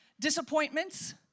disappointments